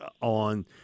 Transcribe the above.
on